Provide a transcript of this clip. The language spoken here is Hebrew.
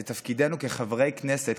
זה תפקידנו כחברי כנסת,